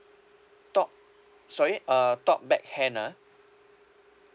top sorry uh top back hand ah